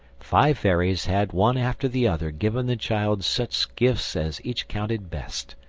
five fairies had one after the other given the child such gifts as each counted best,